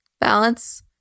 balance